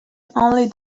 only